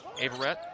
Averett